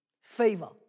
favor